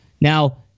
Now